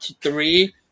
three